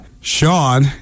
Sean